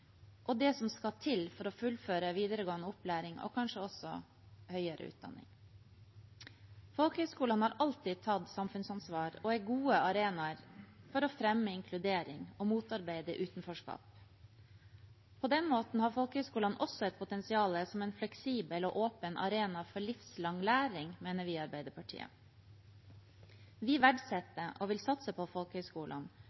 og det som skal til for å fullføre videregående opplæring og kanskje også høyere utdanning. Folkehøyskolene har alltid tatt samfunnsansvar og er gode arenaer for å fremme inkludering og motarbeide utenforskap. På den måten har folkehøyskolene også et potensial som en fleksibel og åpen arena for livslang læring, mener vi i Arbeiderpartiet. Vi